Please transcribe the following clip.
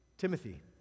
Timothy